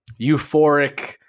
euphoric